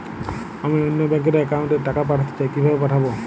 আমি অন্য ব্যাংক র অ্যাকাউন্ট এ টাকা পাঠাতে চাই কিভাবে পাঠাবো?